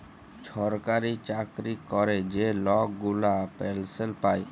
ছরকারি চাকরি ক্যরে যে লক গুলা পেলসল পায়